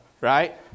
right